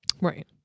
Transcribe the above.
Right